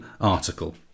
article